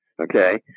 Okay